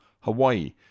Hawaii